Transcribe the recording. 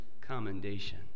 commendation